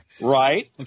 Right